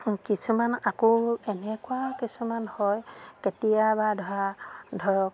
কিছুমান আকৌ এনেকুৱা কিছুমান হয় কেতিয়াবা ধৰা ধৰক